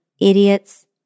idiots